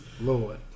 Lord